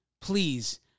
please